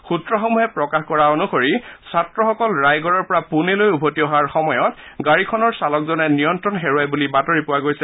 সূত্ৰসমূহে প্ৰকাশ কৰা অনুসৰি ছাত্ৰসকল ৰায়গড়ৰ পৰা পুনেলৈ উভতি অহাৰ সময়ত গাড়ীখনৰ চালকজনে নিয়ন্ত্ৰণ হেৰুৱায় বুলি বাতৰি পোৱা গৈছে